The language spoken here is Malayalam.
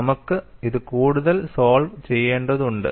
നമുക്ക് ഇത് കൂടുതൽ സോൾവ് ചെയ്യേണ്ടതുണ്ട്